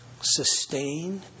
sustain